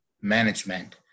management